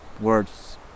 words